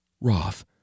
Roth